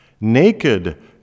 naked